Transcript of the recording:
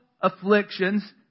afflictions